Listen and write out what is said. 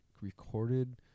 recorded